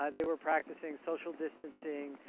ah they were practicing social distancing,